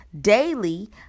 daily